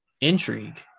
intrigue